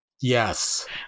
yes